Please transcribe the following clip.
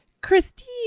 Christine